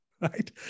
Right